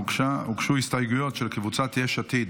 הוגשו הסתייגויות של קבוצת יש עתיד.